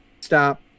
stop